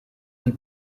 del